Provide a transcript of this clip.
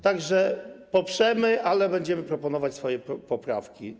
Tak że poprzemy, ale będziemy proponować swoje poprawki.